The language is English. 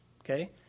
okay